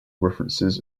references